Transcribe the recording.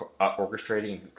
orchestrating